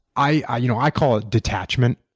i ah you know i call it detachment.